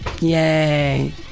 yay